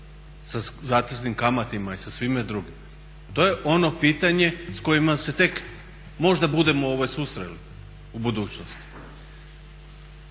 sa zateznim kamatama i sa svima drugim? To je ono pitanje s kojima se tek možda budemo susreli u budućnosti.